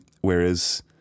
whereas